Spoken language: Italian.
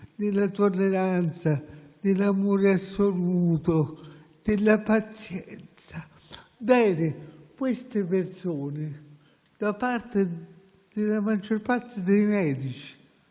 della tolleranza, dell'amore assoluto, della pazienza. Ebbene, con queste persone la maggior parte dei medici,